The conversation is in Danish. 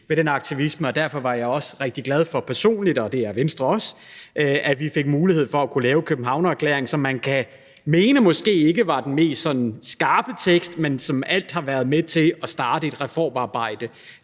ved den aktivisme. Derfor var jeg personligt også rigtig glad for – og det er Venstre også – at vi fik mulighed for at kunne lave Københavnererklæringen, som man måske kan mene ikke var den mest sådan skarpe tekst, men som i alt har været med til at starte et reformarbejde